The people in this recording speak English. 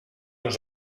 was